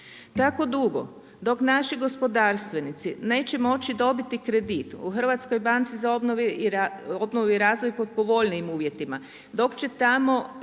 Tako dugo dok naši gospodarstvenici neće moći dobiti kredit u HBOR-u pod povoljnijim uvjetima dok će tamo